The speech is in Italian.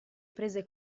prese